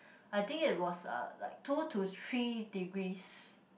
I think it was uh like two to three degrees